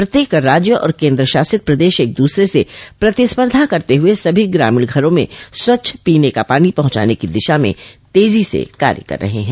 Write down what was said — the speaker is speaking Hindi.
प्रत्येक राज्य और केंद्रशासित प्रदेश एक दूसरे से प्रतिस्पर्धा करते हुए सभी ग्रामीण घरों में स्वच्छ पीने का पानी पहुंचाने की दिशा में तेजी से कार्य कर रहे हैं